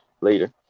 later